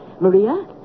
Maria